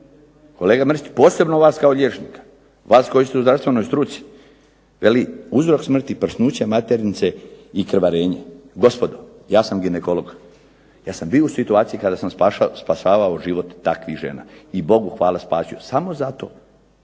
kolega Mrsić posebno vas kao liječnika, vas koji ste u zdravstvenoj struci. Veli uzrok smrti prsnuće maternice i krvarenje. Gospodo, ja sam ginekolog, ja sam bio u situaciji kada sam spašavao život takvih žena i Bogu hvala spasio samo zato